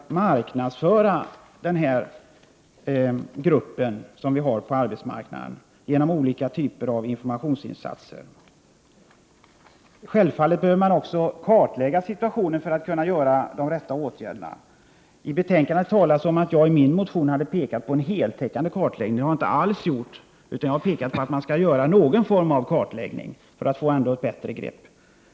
Gruppen måste också genom olika typer av informationsinsatser marknadsföras. Självfallet behöver man också kartlägga situationen för att kunna vidta de riktiga åtgärderna. I betänkandet framhålls att jag i min motion har pekat på en heltäckande kartläggning. Det har jag inte alls gjort. Jag har pekat på att man bör göra någon form av kartläggning för att få ett bättre grepp.